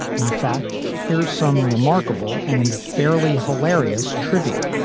in fact, here's some remarkable and fairly hilarious trivia.